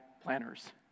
planners